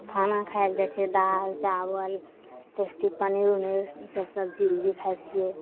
खाना खाइ ले जाइ छिए दालि चावल टेस्टी पनीर उनीर ईसब सबजी उबजी खाइ छिए